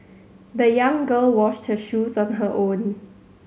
the young girl washed her shoes on her own